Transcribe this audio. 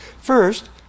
First